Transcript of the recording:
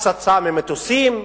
הפצצה ממטוסים.